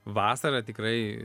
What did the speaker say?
vasarą tikrai